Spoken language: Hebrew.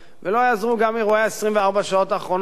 ולא יעזרו גם אירועי 24 השעות האחרונות,